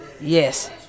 Yes